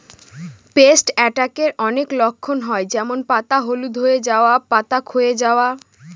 paste অ্যাটাকের অনেক লক্ষণ হয় যেমন পাতা হলুদ হয়ে যাওয়া, পাতা ক্ষয়ে যাওয়া